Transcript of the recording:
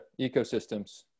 ecosystems